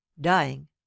dying